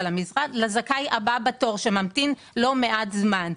המשרד לזכאי הבא בתור שממתין לא מעט זמן.